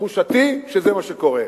תחושתי היא שזה מה שקורה.